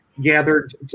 gathered